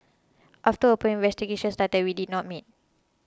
after open investigations started we did not meet